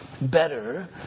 better